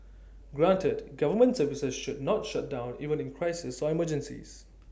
granted government services should not shut down even in crises or emergencies